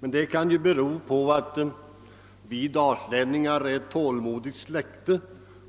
Men det kan ju bero på att vi dalslänningar är ett tålmodigt släkte,